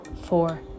four